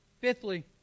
Fifthly